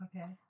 Okay